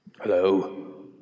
Hello